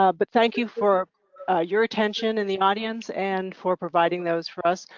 ah but thank you for your attention in the audience and for providing those for us.